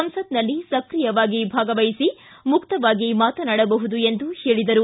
ಸಂಸತ್ನಲ್ಲಿ ಸಕ್ರಿಯವಾಗಿ ಭಾಗವಹಿಸಿ ಮುಕ್ತವಾಗಿ ಮಾತನಾಡಬಹುದು ಎಂದು ಹೇಳಿದರು